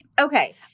Okay